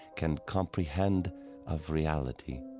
can comprehend of reality.